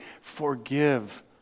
forgive